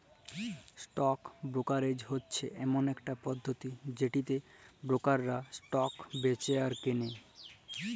stock brokerage হচ্যে ইমন একট পধতি যেটতে বোরকাররা ইসটক বেঁচে আর কেলে